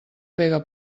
pega